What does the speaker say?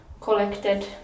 collected